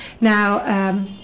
Now